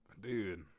dude